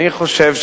אני חושב,